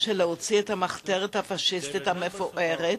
שלהוציא את המחתרת האנטי-פאשיסטית המפוארת,